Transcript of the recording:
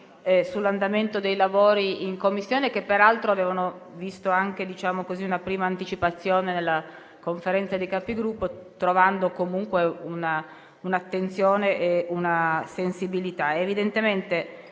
sull'andamento dei lavori in Commissione, che peraltro avevano visto anche una prima anticipazione nella Conferenza dei Capigruppo, trovando comunque attenzione e sensibilità. Evidentemente,